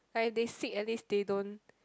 like they sick at least they don't